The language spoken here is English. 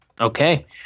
Okay